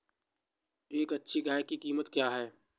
एक अच्छी गाय की कीमत क्या है?